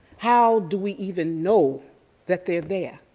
how do we even know that they're there?